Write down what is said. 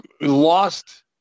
lost